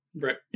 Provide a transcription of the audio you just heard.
right